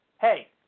Hey